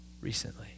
recently